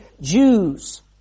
Jews